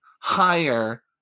higher